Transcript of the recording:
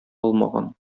алмаган